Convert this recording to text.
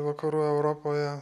vakarų europoje